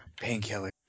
painkiller